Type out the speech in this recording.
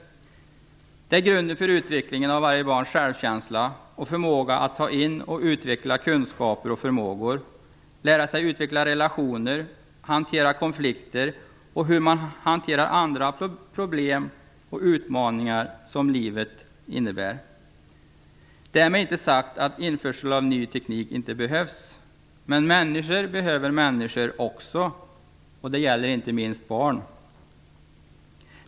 Det är grunden för utvecklingen av varje barns självkänsla och möjlighet att ta in och utveckla kunskaper och förmågor. Det handlar om att lära sig att utveckla relationer, hantera konflikter och andra problem och utmaningar som livet innebär. Därmed är det inte sagt att införsel av ny teknik inte behövs. Men människor behöver också människor. Det gäller inte minst barn.